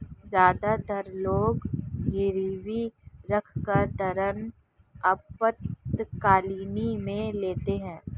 ज्यादातर लोग गिरवी रखकर ऋण आपातकालीन में लेते है